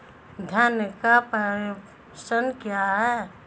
धन का प्रेषण क्या है?